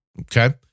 Okay